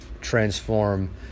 transform